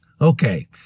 Okay